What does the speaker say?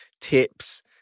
tips